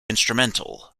instrumental